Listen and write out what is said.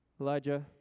Elijah